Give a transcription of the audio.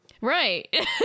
Right